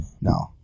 No